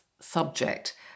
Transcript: subject